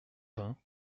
vingt